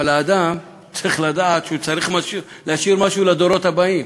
אבל האדם צריך לדעת שהוא צריך להשאיר משהו לדורות הבאים.